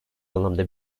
anlamda